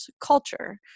culture